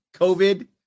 COVID